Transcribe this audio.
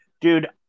dude